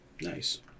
Nice